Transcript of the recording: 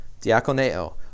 Diaconeo